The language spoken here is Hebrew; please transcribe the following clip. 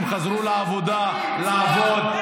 אנשים חזרו לעבודה, לעבוד.